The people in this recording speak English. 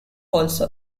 also